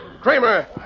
Kramer